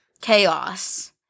chaos